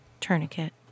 tourniquet